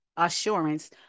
assurance